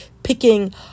Picking